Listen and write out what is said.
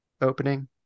opening